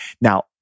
now